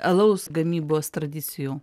alaus gamybos tradicijų